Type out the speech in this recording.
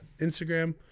Instagram